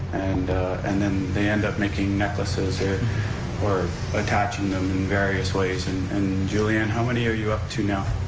and then they end up making necklaces or attaching them in various ways and and julianne, how many are you up to now?